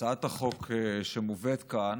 הצעת החוק שמובאת כאן,